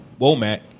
Womack